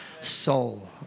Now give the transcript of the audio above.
soul